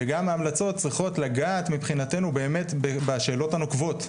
וגם ההמלצות צריכה לדעת מבחינתנו באמת בשאלות הנוקבות,